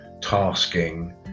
tasking